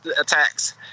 attacks